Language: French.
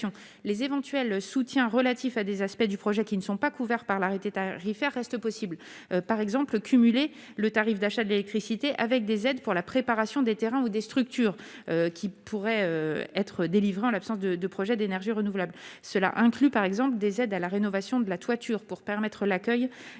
les éventuels soutien relatifs à des aspects du projet qui ne sont pas couverts par l'arrêté tarifaire reste possible, par exemple, cumulé le tarif d'achat d'électricité avec des aides pour la préparation des terrains ou des structures qui pourraient être délivrés en l'absence de projets d'énergies renouvelables, cela inclut par exemple des aides à la rénovation de la toiture pour permettre l'accueil